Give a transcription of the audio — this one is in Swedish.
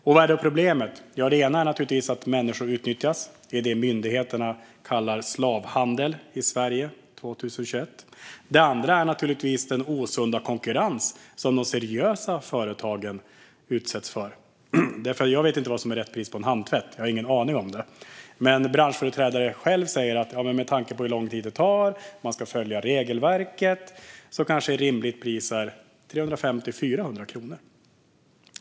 Vad är då problemet? Ja, det ena är naturligtvis att människor utnyttjas. Det är detta myndigheterna kallar slavhandel, i Sverige 2021. Det andra är naturligtvis den osunda konkurrens som de seriösa företagen utsätts för. Jag har ingen aning om vad som är rätt pris för en handtvätt, men branschföreträdare säger själva att med tanke på hur lång tid det tar och på att man ska följa regelverket är ett rimligt pris kanske 350-400 kronor.